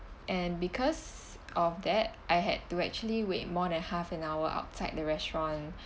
and because of that I had to actually wait more than half an hour outside the restaurant